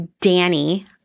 Danny